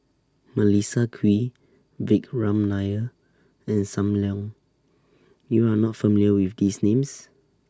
Melissa Kwee Vikram Nair and SAM Leong YOU Are not familiar with These Names